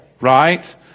right